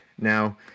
now